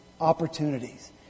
opportunities